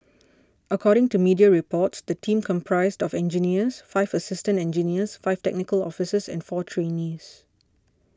according to media reports the team comprised of engineers five assistant engineers five technical officers and four trainees